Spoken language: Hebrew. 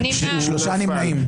הצבעה לא אושרה נפל.